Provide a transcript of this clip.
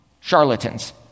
charlatans